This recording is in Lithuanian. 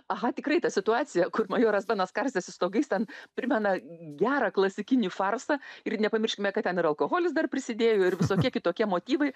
aha tikrai ta situacija kur majoras benas karstėsi stogais ten primena gerą klasikinį farsą ir nepamirškime kad ten ir alkoholis dar prisidėjo ir visokie kitokie motyvai